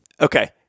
Okay